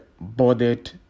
bothered